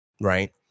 right